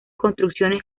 construcciones